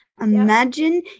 imagine